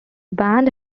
band